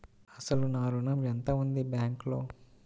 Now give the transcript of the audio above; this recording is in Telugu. అసలు నా ఋణం ఎంతవుంది బ్యాంక్లో?